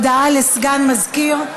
ועדת הסמים.